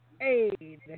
aid